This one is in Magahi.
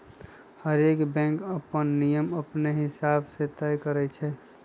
हरएक बैंक अप्पन नियम अपने हिसाब से तय करई छई